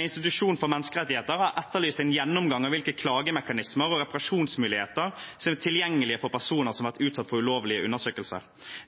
institusjon for menneskerettigheter har etterlyst en gjennomgang av hvilke klagemekanismer og reparasjonsmuligheter som er tilgjengelige for personer som har vært utsatt for ulovlige undersøkelser.